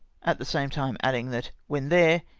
at the same time adding that when there,